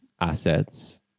assets